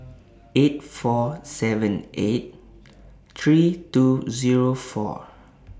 eight four seven eight three two Zero four